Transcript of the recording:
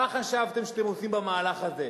מה חשבתם שאתם עושים במהלך הזה?